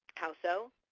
how so?